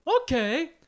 Okay